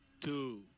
two